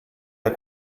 der